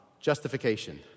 justification